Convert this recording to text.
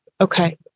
okay